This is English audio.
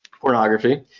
pornography